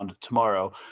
Tomorrow